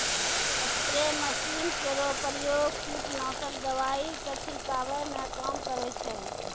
spray machine केरो प्रयोग कीटनाशक दवाई क छिड़कावै म काम करै छै